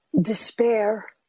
despair